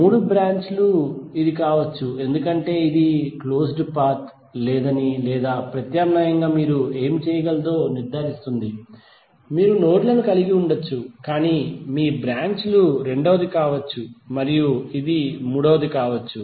మూడు బ్రాంచ్ లు ఇది కావచ్చు ఎందుకంటే ఇది క్లోజ్ డ్ పాత్ లేదని లేదా ప్రత్యామ్నాయంగా మీరు ఏమి చేయగలదో నిర్ధారిస్తుంది మీరు నోడ్ లను కలిగి ఉండవచ్చు కాని మీ బ్రాంచ్ లు రెండవది కావచ్చు మరియు ఇది మూడవది కావచ్చు